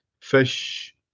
fish